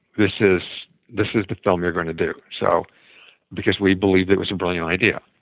this is this is the film you're going to do so because we believed it was a brilliant idea.